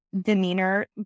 demeanor